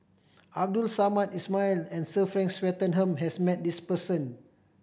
Abdul Samad Ismail and Sir Frank Swettenham has met this person